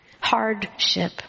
hardship